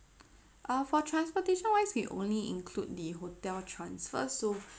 uh for transportation wise we only include the hotel transfer so